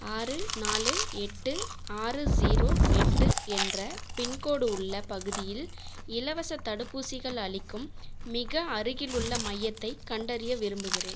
ஆறு நாலு எட்டு ஆறு ஜீரோ எட்டு என்ற பின்கோடு உள்ள பகுதியில் இலவசத் தடுப்பூசிகள் அளிக்கும் மிக அருகிலுள்ள மையத்தைக் கண்டறிய விரும்புகிறேன்